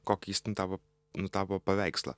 kokį jis ten tavo nutapo paveikslą